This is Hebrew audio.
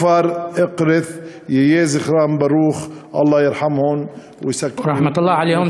פאדיה ג'ומעה ובנותיה סמירה וסולטאנה מכפר עראמשה,